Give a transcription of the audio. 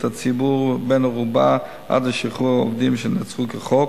הציבור בן-ערובה עד לשחרור העובדים שנעצרו כחוק,